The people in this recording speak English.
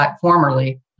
formerly